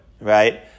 right